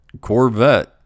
Corvette